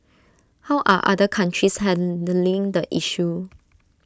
how are other countries handling the issue